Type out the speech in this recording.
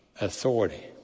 authority